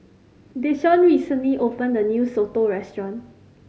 Desean recently opened a new soto restaurant